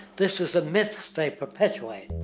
this is the myth they perpetuade.